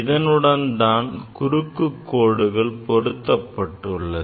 அதனுடன் தான் குறுக்கு கோடுகள் பொருத்தப்பட்டுள்ளது